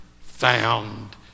found